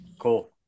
cool